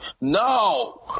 No